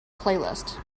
playlist